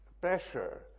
pressure